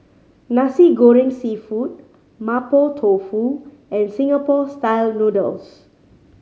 Nasi Goreng Seafood Mapo Tofu and Singapore Style Noodles